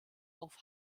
auf